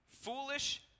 foolish